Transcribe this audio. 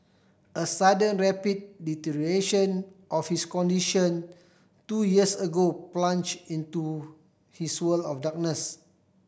a sudden rapid deterioration of his condition two years ago plunged into his world of darkness